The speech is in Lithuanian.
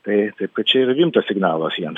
tai taip kad čia yra rimtas signalas jiems